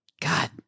God